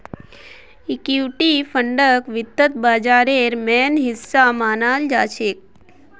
equity फंडक वित्त बाजारेर मेन हिस्सा मनाल जाछेक